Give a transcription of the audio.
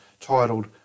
titled